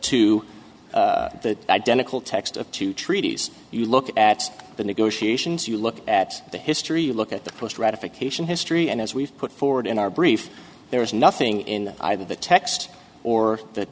to the identical text of two treaties you look at the negotiations you look at the history you look at the post ratification history and as we've put forward in our brief there is nothing in either the text or the